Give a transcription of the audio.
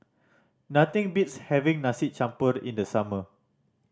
nothing beats having nasi in the summer